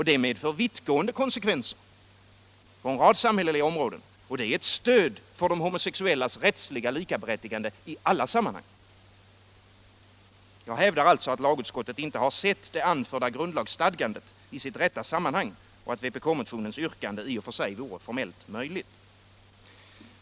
Det medför vittgående konsekvenser på en rad samhälleliga områden, och det är ett stöd för de homosexuellas likaberättigande i alla sammanhang. Jag hävdar alltså att lagutskottet inte har sett det anförda grundlagsstadgandet i dess rätta sammanhang och att vpk-motionens yrkande i och för sig vore formellt möjligt.